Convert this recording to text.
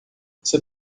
você